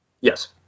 Yes